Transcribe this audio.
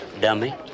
dummy